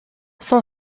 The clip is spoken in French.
son